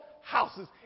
houses